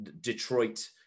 Detroit